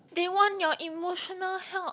they want your emotional help